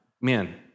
man